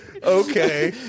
Okay